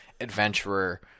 adventurer